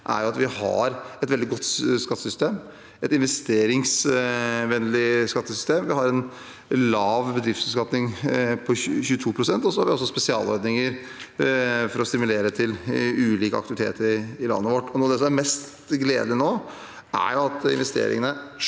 er at vi har et veldig godt skattesystem, et investeringsvennlig skattesystem. Vi har en lav bedriftsbeskatning på 22 pst., og vi har altså spesialordninger for å stimulere til ulike aktiviteter i landet vårt. Noe av det som er mest gledelig nå, er at investeringene,